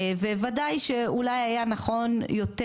וודאי שאולי היה נכון יותר,